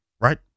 right